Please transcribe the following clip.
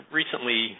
recently